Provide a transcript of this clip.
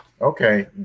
Okay